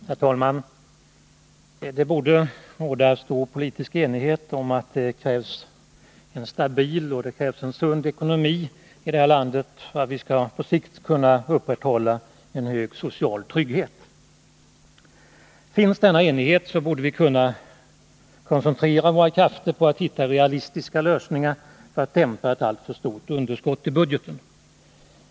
Herr talman! Det borde råda stor politisk enighet om att det krävs en stabil och sund ekonomi i det här landet för att vi på sikt skall kunna upprätthålla en god social trygghet. Finns denna enighet borde vi kunna koncentrera våra krafter på att hitta realistiska lösningar för att dämpa ett alltför stort underskott i budgeten.